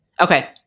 Okay